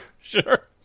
Sure